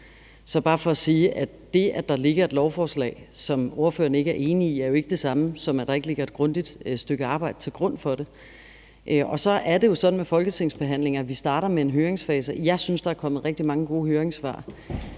er bare for at sige, at det, at der ligger et lovforslag, som ordføreren ikke er enig, jo ikke er det samme, som at der ikke ligger et grundigt stykke arbejde til grund for det. Så er det jo sådan med lovforslagsbehandlinger, at vi starter med en høringsfase. Jeg synes, der er kommet rigtig mange gode høringssvar,